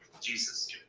Jesus